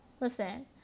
listen